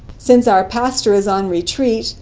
since our pastor is on retreat,